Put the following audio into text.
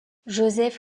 joseph